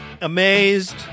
amazed